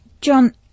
John